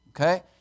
okay